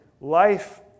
life